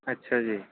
ਅੱਛਾ ਜੀ